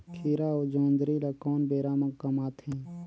खीरा अउ जोंदरी ल कोन बेरा म कमाथे?